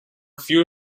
few